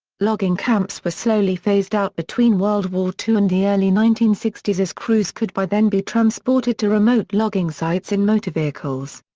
logging camps were slowly phased out between world war ii and the early nineteen sixty s as crews could by then be transported to remote logging sites in motor vehicles.